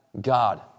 God